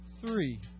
three